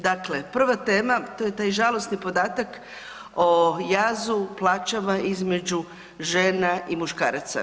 Dakle, prva tema to je taj žalosni podatak o jazu plaćama između žena i muškaraca.